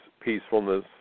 peacefulness